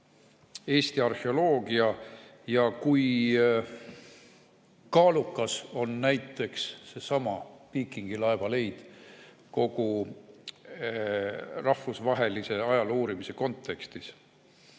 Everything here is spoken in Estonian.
Eesti arheoloogia ja kui kaalukas on näiteks seesama viikingilaevaleid kogu rahvusvahelise ajaloo uurimise kontekstis.